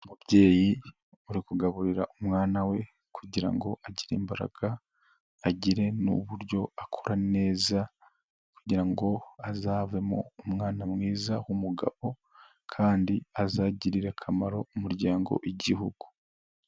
Umubyeyi uri kugaburira umwana we kugira ngo agire imbaraga, agire n'uburyo akura neza kugira ngo azavemo umwana mwiza w'umugabo kandi azagirire akamaro umuryango w'igihugu.